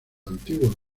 antiguos